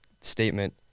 statement